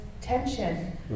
tension